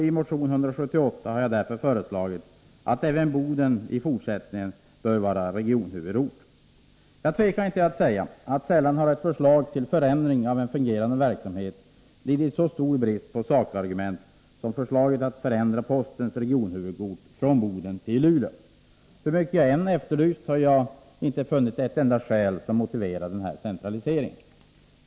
I motion 178 har jag därför föreslagit att Boden även i fortsättningen bör vara regionhuvudort. Jag tvekar inte att säga: Sällan har ett förslag till förändring av en fungerande verksamhet lidit så stor brist på sakargument som förslaget att förändra postens regionhuvudort från Boden till Luleå. Hur mycket jag än har efterlyst sådana har jag inte fått ett enda skäl som motiverar den här centraliseringen.